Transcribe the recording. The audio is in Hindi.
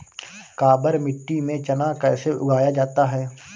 काबर मिट्टी में चना कैसे उगाया जाता है?